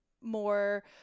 more